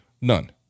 None